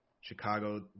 Chicago